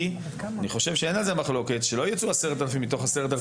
שלא ייצאו 10,000 מתוך 10,000 אנשים שצריך לעשות להם בדיקה נוספת,